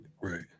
right